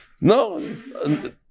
No